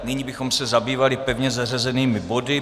Nyní bychom se zabývali pevně zařazenými body.